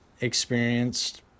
experienced